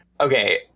Okay